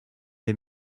les